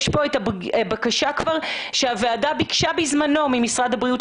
יש כאן את הבקשה שהוועדה ביקשה בזמנו ממשרד הבריאות,